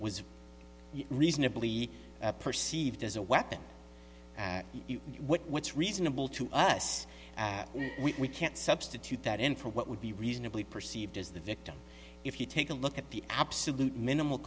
was reasonably perceived as a weapon and what's reasonable to us we can't substitute that in for what would be reasonably perceived as the victim if you take a look at the absolute minimal